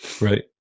Right